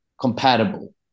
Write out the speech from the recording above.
compatible